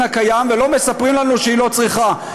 הקיים ולא מספרים לנו שהיא לא צריכה,